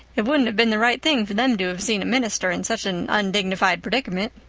it wouldn't have been the right thing for them to have seen a minister in such an undignified predicament.